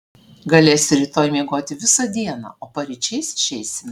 galėsi rytoj miegoti visą dieną o paryčiais išeisime